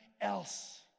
else